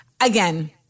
Again